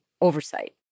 oversight